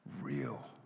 real